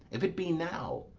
if it be now,